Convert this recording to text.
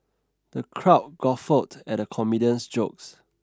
the crowd guffawed at the comedian's jokes